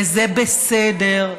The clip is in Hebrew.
וזה בסדר.